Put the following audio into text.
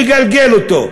לגלגל אותו,